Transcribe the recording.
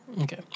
Okay